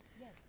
Yes